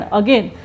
again